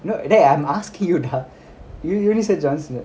you know டேய்:dei I'm asking you டா:da y~ you only said johnson